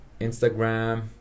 Instagram